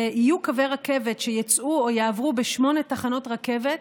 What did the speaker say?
ויהיו קווי רכבת שיצאו או יעברו בשמונה תחנות רכבת